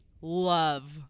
love